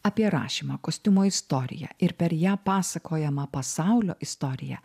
apie rašymą kostiumo istoriją ir per ją pasakojamą pasaulio istoriją